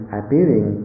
appearing